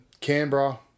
Canberra